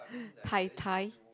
tai tai